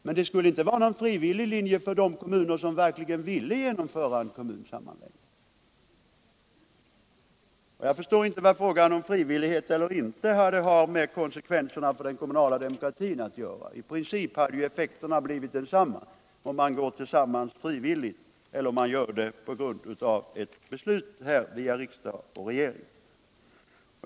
Men det skulle inte vara någon frivillig linje för de kommuner som verkligen ville genomföra en kommunsammanläggning. F. ö. förstår jag inte vad frågan om frivillighet eller inte frivillighet har med konsekvenserna för den kommunala demokratin att göra. I princip blir ju effekterna desamma om kommuner går samman frivilligt eller om de gör det på grund av beslut via riksdag och regering.